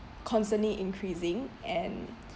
constantly increasing and